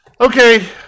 Okay